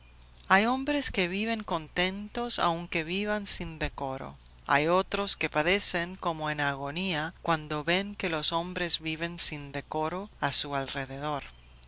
hay hombres que viven contentos aunque vivan sin decoro hay otros que padecen como en agonía cuando ven que los hombres viven sin decoro a su alrededor